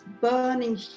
burning